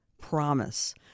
promise